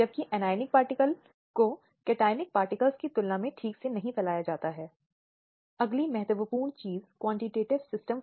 एक महिला का मूल व्यक्तित्व एक महिला की बुनियादी अखंडता और व्यक्तित्व उसके ऊपर अपराध किए जाने के तरीके से अपमानित और नीचा दिखाया जाता है